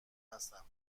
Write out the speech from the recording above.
هستم